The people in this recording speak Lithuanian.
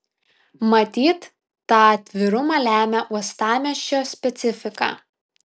matyt tą atvirumą lemia uostamiesčio specifika